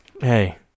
Hey